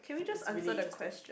is really interesting